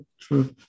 True